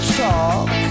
talk